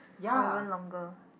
or even longer